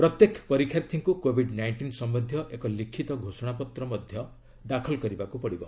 ପ୍ରତ୍ୟେକ ପରୀକ୍ଷାର୍ଥୀଙ୍କୁ covid nineteen ସମ୍ଭନ୍ଧୀୟ ଏକ ଲିଖିତ ଘୋଷଣାପତ୍ର ଦାଖଲ କରିବାକୁ ହେବ